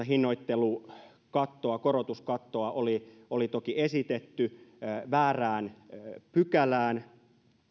hinnoittelukattoa korotuskattoa oli oli toki esitetty väärään pykälään